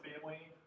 family